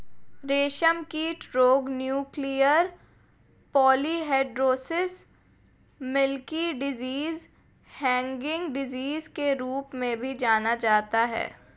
रेशमकीट रोग nuclear polyhedrosis, milky disease, hanging disease के रूप में भी जाना जाता है